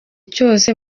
cyose